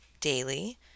daily